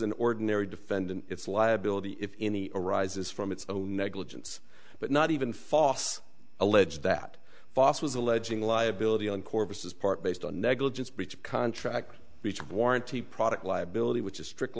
an ordinary defendant it's liability if any arises from its own negligence but not even false allege that foss was alleging liability on corpuses part based on negligence breach of contract which warranty product liability which is strict